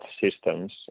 systems